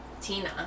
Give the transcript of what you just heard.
Tina